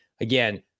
Again